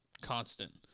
constant